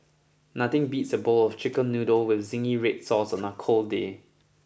nothing beats a bowl of chicken noodle with zingy red sauce on a cold day